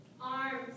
Arms